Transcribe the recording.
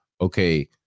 okay